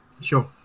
Sure